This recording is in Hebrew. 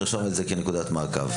נרשום את זה כנקודת מעקב.